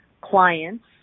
clients